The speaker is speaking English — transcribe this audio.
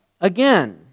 Again